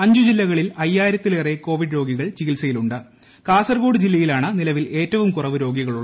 അഞ്ചു ജില്ലകളിൽ അയ്യായിരത്തിലേറെ കോവിഡ് രോഗികൾ ചികിത്സയിലൂർണ്ട് കാസർഗോഡ് ജില്ലയിലാണ് നിലവിൽ ഏറ്റവും കുറവ് രോഗ്വികളുള്ളത്